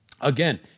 Again